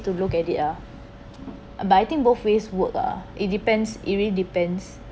to look at it ah but I think both ways work ah it depends it really depends